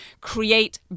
create